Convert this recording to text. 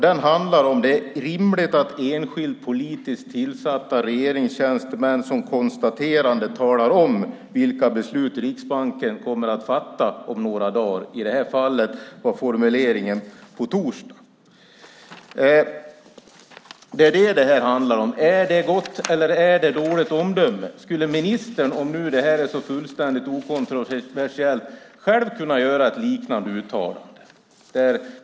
Det handlar om huruvida det är rimligt att enskilda politiskt tillsatta regeringstjänstemän i konstateranden talar om vilka beslut Riksbanken kommer att fatta, och i det här fallet var formuleringen att det skulle ske "på torsdag". Det är vad det handlar om. Är det gott eller är det dåligt omdöme? Skulle ministern, om det nu är så fullständigt okontroversiellt, själv kunna göra ett liknande uttalande?